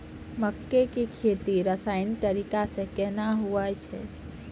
मक्के की खेती रसायनिक तरीका से कहना हुआ छ?